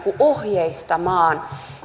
ohjeistamaan